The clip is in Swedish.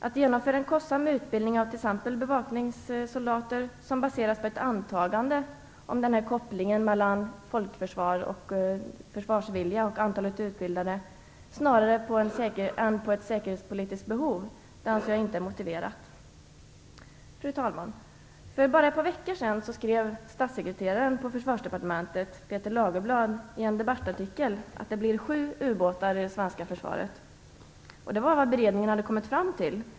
Att genomföra en kostsam utbildning t.ex. av bevakningssoldater, vilken baseras på ett antagande om kopplingen mellan folkförsvar, försvarsvilja och antalet utbildade snarare än på ett säkerhetspolitiskt behov, anser jag inte vara motiverat. Fru talman! För bara ett par veckor sedan skrev statssekreteraren på Försvarsdepartementet, Peter Lagerblad, i en debattartikel att det blir 7 ubåtar i det svenska försvaret. Det var vad beredningen hade kommit fram till.